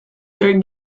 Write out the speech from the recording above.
their